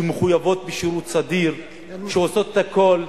שמחויבות בשירות סדיר, שעושות הכול.